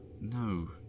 No